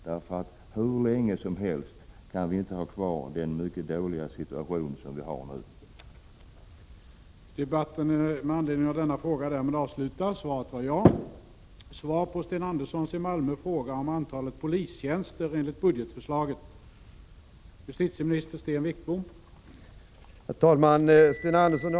Vi kan inte ha kvar den mycket dåliga situation som vi har nu hur länge som helst.